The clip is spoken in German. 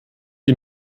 die